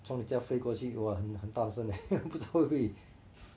从你家飞过去哇很大声诶哇不知道会不会